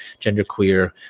genderqueer